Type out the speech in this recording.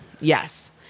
yes